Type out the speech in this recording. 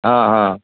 हँ हँ